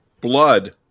Blood